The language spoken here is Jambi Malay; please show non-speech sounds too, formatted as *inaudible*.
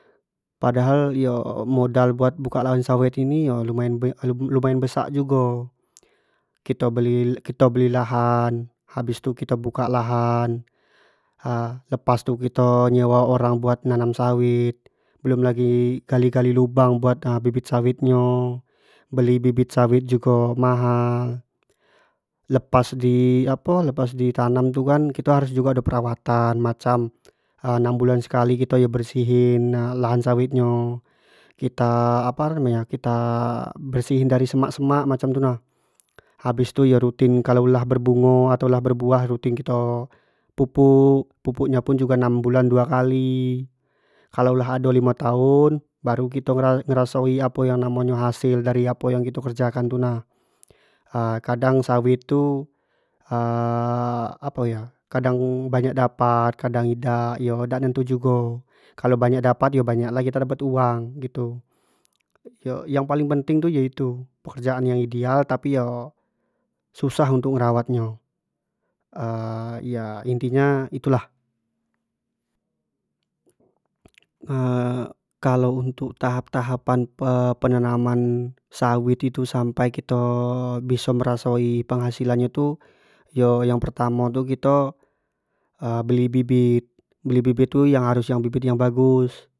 Padahal yo modal buat buka lahan sawit ini yo lumayan-lumayan besak jugo *noise* kito beli-kito beli lahan habis tu kito buka lahan *hesitation* lepas tu kito nyewa orang buat nanam sawit, belum lagi gali-gali lubang buat bibit sawit nyo, beli bibit sawit jugo mahal, lepas di apo lepas di tanam itu kan kito jugo ado perawatan macam *hesitation* enam bulan sekali kito yo bersihin lahan awit nyo, kito apa yu nama nya kita *hesitation* bersihin dari semak- semak macam tu na, habis tu yo rutin, kalau lah berbungo atau lah berbuah rutin kito pupuk, pupuk nyo pun jugo enam bulan dua kali kalau lah ado limo tahun baru lah kito ngerasoi ap yang namo nyo hasil dari apo yang kito kerjakan tu nah *hesitation* kadang sawit tu *hesitation* apo yo kadang banyak dapat, kadang idak iyo dak nentu jugo, kalau banyak nyo dapat yo banyak lah kito dapat uang gitu, yo yang paling penting tu yo itu pekerjaan yang ideal tapi yo susah untuk ngerawat nyo *hesitation* ya inti nyo itu lah *hesitation* kalau untuk tahap- tahapan penanaman sawit itu sampai kito *hesitation* biso ngerasoi penghasilan nyo tu yo yang pertamo nyo tu kito *hesitation* beli bibit, beli bibit tu yang harus beli bibit yang bagus.